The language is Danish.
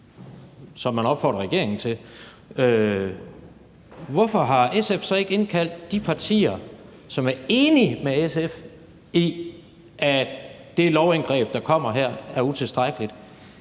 som man opfordrer regeringen til – hvorfor SF så ikke har indkaldt de partier, som er enige med SF i, at det lovindgreb, der kommer her, er utilstrækkeligt.